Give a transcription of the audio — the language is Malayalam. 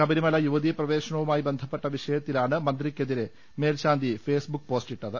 ശബരിമല യുവതി പ്രവേശനവുമായി ബന്ധപ്പെട്ട വിഷയത്തിലാണ് മന്ത്രിക്കെതിരേ മേൽശാന്തി ഫേസ്ബുക്ക് പോസ്റ്റിട്ടത്